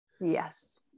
Yes